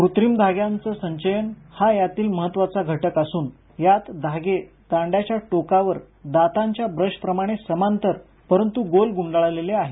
कृत्रिम धाग्यांचं संचयन हा यातील महत्वाचा घटक असून यात धागे दांड्याच्या टोकावर दातांच्या ब्रशप्रमाणे समांतर परंतु गोल गुंडाळलेले आहेत